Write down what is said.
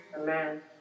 Amen